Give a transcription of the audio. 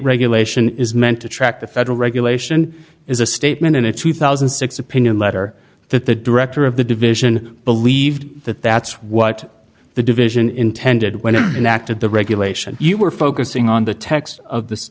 regulation is meant to track the federal regulation is a statement in a two thousand and six opinion letter that the director of the division believed that that's what the division intended when it and acted the regulation you were focusing on the text of